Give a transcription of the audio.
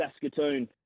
Saskatoon